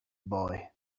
boy